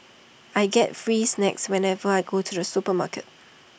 I get free snacks whenever I go to the supermarket